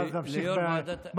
ואז להמשיך במצווה.